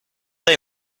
they